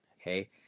okay